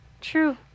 True